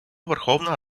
верховна